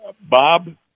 Bob